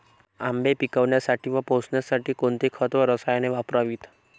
आंबे पिकवण्यासाठी व पोसण्यासाठी कोणते खत व रसायने वापरावीत?